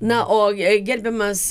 na o jei gerbiamas